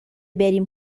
بریم